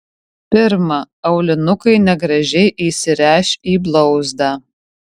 pirma aulinukai negražiai įsiręš į blauzdą